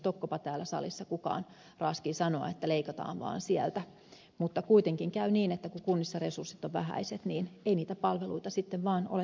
tokkopa kukaan täällä salissa raaskii sanoa että leikataan vaan sieltä mutta kuitenkin käy niin että kun kunnissa resurssit ovat vähäiset niin ei niitä palveluita sitten vaan ole tarjolla